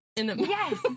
Yes